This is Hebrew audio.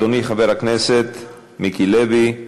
אדוני חבר הכנסת מיקי לוי,